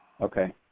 Okay